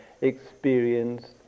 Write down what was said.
experienced